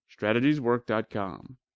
StrategiesWork.com